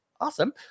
Awesome